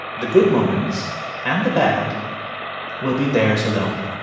the good moments and the bad will be theirs alone